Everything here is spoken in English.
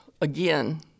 again